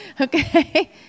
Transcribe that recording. Okay